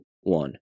one